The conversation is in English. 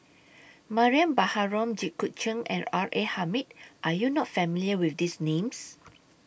Mariam Baharom Jit Koon Ch'ng and R A Hamid Are YOU not familiar with These Names